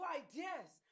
ideas